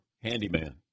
Handyman